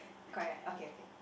correct okay okay